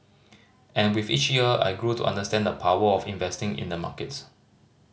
and with each year I grew to understand the power of investing in the markets